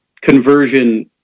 conversion